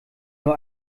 nur